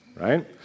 right